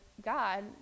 God